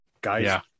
Guys